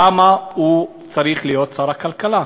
למה הוא צריך להיות שר הכלכלה?